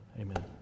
Amen